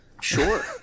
Sure